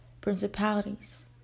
principalities